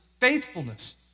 faithfulness